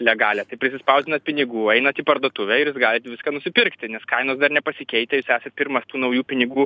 legalią tai prisispausdinat pinigų einat į parduotuvę ir jūs galit viską nusipirkti nes kainos dar nepasikeitę jūs esat pirmas tų naujų pinigų